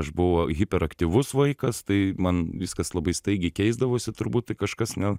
aš buvau hiperaktyvus vaikas tai man viskas labai staigiai keisdavosi turbūt tai kažkas ne